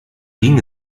ging